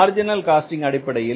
marginal costing அடிப்படையில்